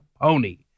pony